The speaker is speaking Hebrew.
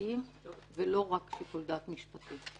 החקירתיים ולא רק שיקול דעת משפטי.